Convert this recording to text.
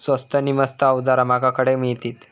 स्वस्त नी मस्त अवजारा माका खडे मिळतीत?